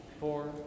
four